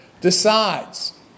decides